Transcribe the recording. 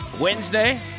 Wednesday